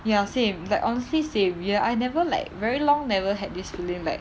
ya same like honestly say real I never like very long never had this feeling like